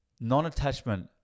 non-attachment